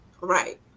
Right